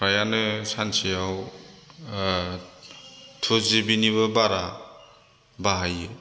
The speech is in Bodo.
फ्रायानो सानसेयाव टु जिबिनिबो बारा बाहायो